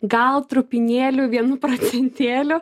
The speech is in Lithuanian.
gal trupinėliu vienu procentėliu